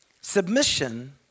Submission